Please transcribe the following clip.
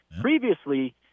Previously